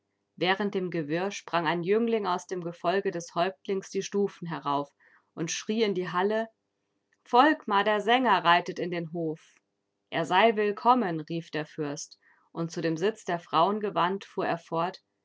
während dem gewirr sprang ein jüngling aus dem gefolge des häuptlings die stufen herauf und schrie in die halle volkmar der sänger reitet in den hof er sei willkommen rief der fürst und zu dem sitz der frauen gewandt fuhr